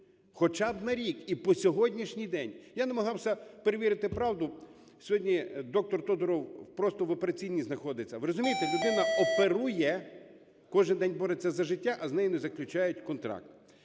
хоча б на рік – і по сьогоднішній день. Я намагався перевірити правду. Сьогодні доктор Тодуров просто в операційній знаходиться. Ви розумієте, людина оперує, кожен день бореться за життя, а з нею не заключають контракт.